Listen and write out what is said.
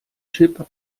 chip